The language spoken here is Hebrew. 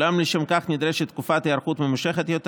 אולם לשם כך נדרשת תקופת היערכות ממושכת יותר,